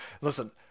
Listen